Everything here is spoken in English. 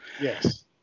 Yes